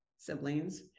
siblings